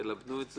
אני